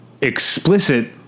explicit